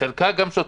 חלקה גם שוטף.